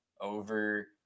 over